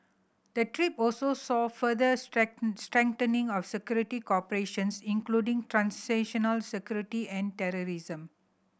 the trip also saw further strengthening of security cooperation including transnational security and terrorism